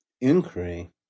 inquiry